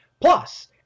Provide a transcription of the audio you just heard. Plus